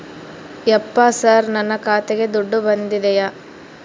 ಯಪ್ಪ ಸರ್ ನನ್ನ ಖಾತೆಗೆ ದುಡ್ಡು ಬಂದಿದೆಯ?